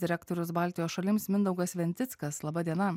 direktorius baltijos šalims mindaugas sventickas laba diena